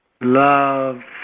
Love